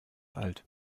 alt